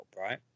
right